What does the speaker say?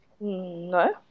no